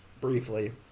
briefly